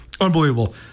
Unbelievable